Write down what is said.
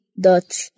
dot